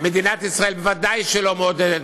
מדינת ישראל בוודאי לא מעודדת.